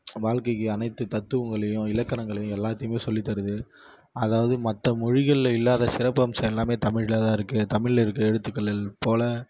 நம்ம வாழ்க்கைக்கு அனைத்து தத்துவங்களையும் இலக்கணங்களையும் எல்லாத்தையும் சொல்லித் தருது அதாவது மற்ற மொழிகளில் இல்லாத சிறப்பம்சம் எல்லாம் தமிழில் தான் இருக்கு தமிழில் இருக்க எழுத்துக்களில் போல்